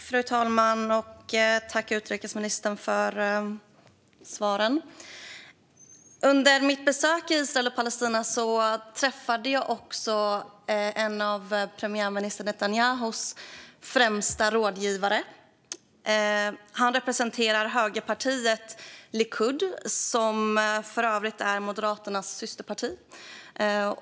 Fru talman! Jag tackar utrikesministern för svaren. Under mitt besök i Israel och Palestina träffade jag också en av premiärminister Netanyahus främsta rådgivare. Han representerar högerpartiet Likud, som för övrigt är Moderaternas systerparti.